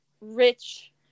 rich